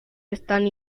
están